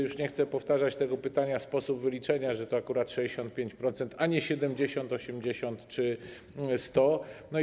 Już nie chcę powtarzać tego pytania o sposób wyliczenia, że to akurat 65%, a nie 70%, 80% czy 100%.